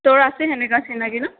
তোৰ আছে তেনেকুৱা চিনাকি ন